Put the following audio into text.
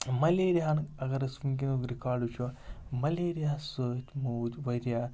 مَلیریاہن اَگَر أسۍ وٕنۍکٮ۪نُک رِکاڈ وٕچھو ملیریاہَس سۭتۍ موٗدۍ واریاہ